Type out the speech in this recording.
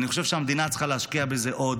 אני חושב שהמדינה צריכה להשקיע בזה עוד